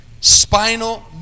spinal